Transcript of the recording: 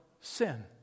sin